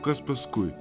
kas paskui